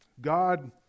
god